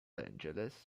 angeles